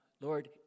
Lord